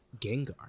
Gengar